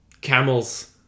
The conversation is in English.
camels